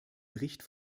bericht